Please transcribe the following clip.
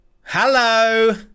Hello